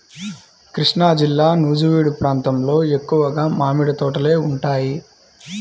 కృష్ణాజిల్లా నూజివీడు ప్రాంతంలో ఎక్కువగా మామిడి తోటలే ఉంటాయి